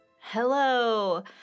Hello